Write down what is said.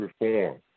reform